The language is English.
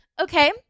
okay